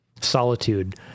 solitude